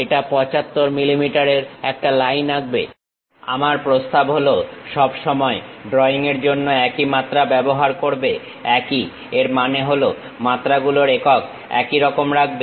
এটা 75 mm এর একটা লাইন আঁকবে আমার প্রস্তাব হল সব সময় ড্রইং এর জন্য একই মাত্রা ব্যবহার করবে একই এর মানে হলো মাত্রা গুলোর একক একই রকম রাখবে